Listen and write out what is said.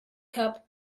cup